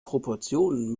proportionen